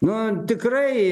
nu tikrai